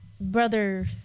brother